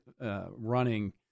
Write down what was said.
running